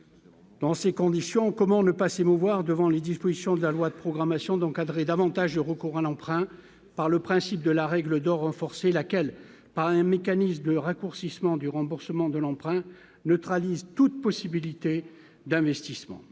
dans ces conditions, comment le passé mouvoir devant les dispositions de la loi de programmation dont cadrer davantage recours à l'emprunt par le principe de la règle d'or renforcée, laquelle pas un mécanisme raccourcissement du remboursement de l'emprunt neutralise toute possibilité d'investissement